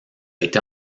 été